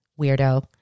Weirdo